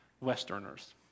Westerners